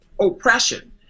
oppression